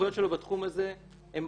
הסמכויות שלו בתחום הזה הן